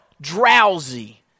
drowsy